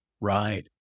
Right